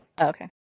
okay